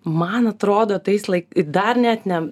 man atrodo tais laik dar net ne